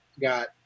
got